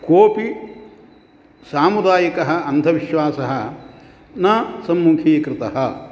कोपि सामुदायिकः अन्धविश्वासः न सम्मुखीकृतः